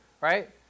Right